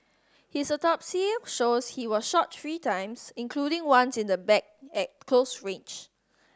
his autopsy shows he was shot three times including once in the back at close range